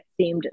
themed